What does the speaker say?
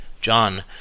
John